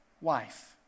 wife